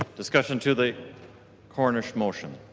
discussion to the cornish motion?